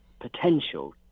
potential